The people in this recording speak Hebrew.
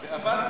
ואבדנו.